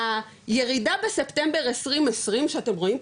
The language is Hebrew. הירידה בספטמבר 2020 שאתם רואים,